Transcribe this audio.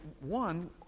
one